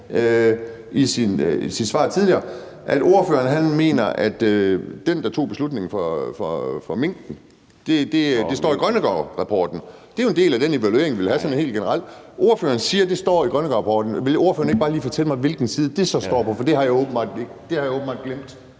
i sit svar tidligere, at han mener, at hvem der tog beslutningen om minkene, står i Grønnegårdrapporten. Det er jo en del af den evaluering, vi vil have sådan helt generelt. Ordføreren siger, det står i Grønnegårdrapporten, så vil ordføreren ikke bare lige fortælle mig, hvilken side det så står på? For det har jeg åbenbart glemt.